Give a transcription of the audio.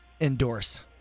endorse